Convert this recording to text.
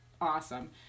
awesome